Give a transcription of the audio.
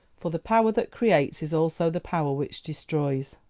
for the power that creates is also the power which destroys.